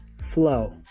flow